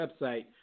website